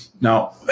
Now